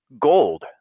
gold